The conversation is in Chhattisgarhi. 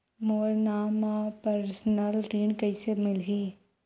मोर नाम म परसनल ऋण कइसे मिलही?